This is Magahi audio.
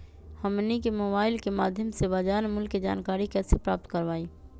हमनी के मोबाइल के माध्यम से बाजार मूल्य के जानकारी कैसे प्राप्त करवाई?